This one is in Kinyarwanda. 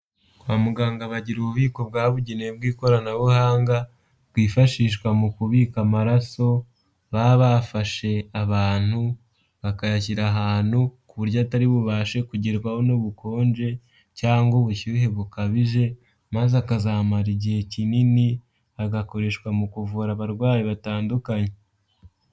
Kwa muganga bagira ububiko bwabugenewe bw'ikoranabuhanga, bwifashishwa mu kubika amaraso baba bafashe abantu, bakayashyira ahantu ku buryo atari bubashe kugerwaho n'ubukonje cyangwa ubushyuhe bukabije, maze akazamara igihe kinini, agakoreshwa mu kuvura abarwayi batandukanye.